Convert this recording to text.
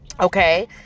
Okay